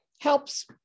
helps